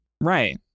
right